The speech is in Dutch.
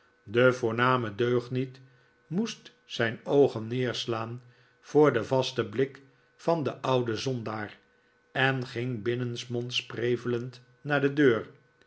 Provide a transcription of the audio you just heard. de voorriame deugniet moest zijn oogen neerslaan voor den vasten blik van den ouden zondaar en ging binnensmonds prevelend naar de deur